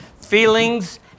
feelings